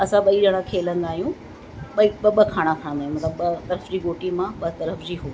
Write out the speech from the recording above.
असां ॿई जणा खेलंदा आहियूं ॿई ॿ ॿ खणा खणंदा आहियूं मतिलबु ॿ तर्फ़ जी गोटी मां ॿ तर्फ़ जी हू